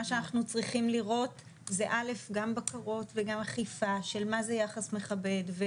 מה שאנחנו צריכים לראות זה גם בקרות וגם אכיפה של מה זה יחס מכבד.